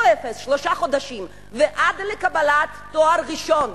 לא אפס שלושה חודשים ועד לקבלת תואר ראשון,